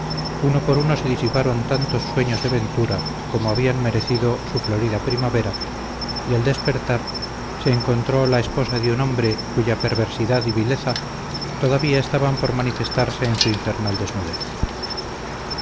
uno por uno se disiparon tantos sueños de ventura como habían mecido su florida primavera y al despertar se encontró la esposa de un hombre cuya perversidad y vileza todavía estaban por manifestarse en su infernal desnudez